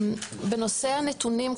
בנושא הנתונים,